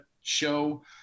show